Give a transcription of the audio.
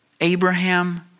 Abraham